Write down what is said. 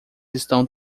estão